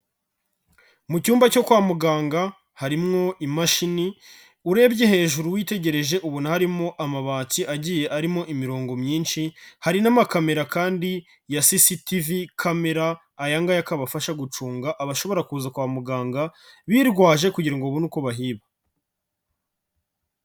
Mu cyumba cyo kwa muganga harimwo imashini urebye hejuru witegereje ubona harimo amabati agiye arimo imirongo myinshi, hari n'amakamera kandi ya sisitivi kamera, aya ngaya akaba afasha gucunga abashobora kuza kwa muganga birwaje kugira ngo babone uko bahiba.